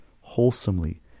wholesomely